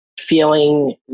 feeling